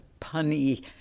punny